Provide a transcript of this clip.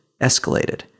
escalated